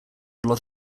lot